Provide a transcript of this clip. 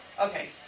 Okay